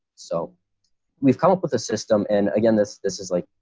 so we've come up with a system. and again, this this is like,